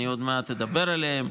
אני עוד מעט אדבר עליהן.